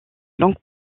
longue